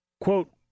quote